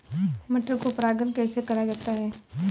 मटर को परागण कैसे कराया जाता है?